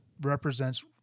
represents